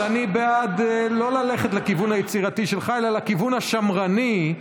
אבל אני בעד לא ללכת לכיוון היצירתי שלך אלא לכיוון השמרני,